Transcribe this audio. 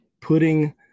putting